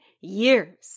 years